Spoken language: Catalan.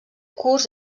curs